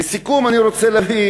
לסיכום, אני רוצה להביא